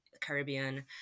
Caribbean